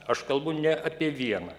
aš kalbu ne apie vieną